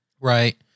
Right